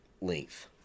length